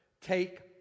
Take